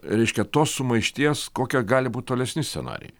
reiškia tos sumaišties kokie gali būt tolesni scenarijai